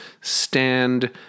stand